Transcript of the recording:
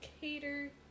cater